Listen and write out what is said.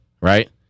right